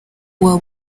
waba